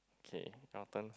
okay your turn